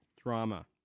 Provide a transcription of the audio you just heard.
Drama